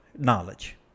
knowledge